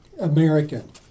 American